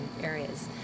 areas